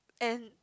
and